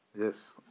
Yes